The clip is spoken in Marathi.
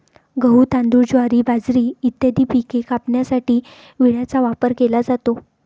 गहू, तांदूळ, ज्वारी, बाजरी इत्यादी पिके कापण्यासाठी विळ्याचा वापर केला जातो